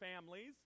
families